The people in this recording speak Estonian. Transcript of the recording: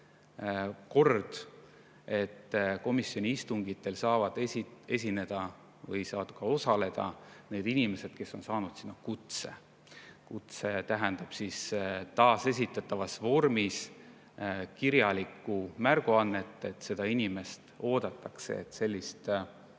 kord, et komisjoni istungitel saavad esineda või osaleda need inimesed, kes on saanud sinna kutse. Kutse tähendab taasesitatavas vormis kirjalikku märguannet, et seda inimest oodatakse. Sellist